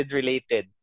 related